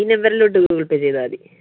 ഈ നമ്പരിലോട്ട് Google Pay ചെയ്താൽ മതി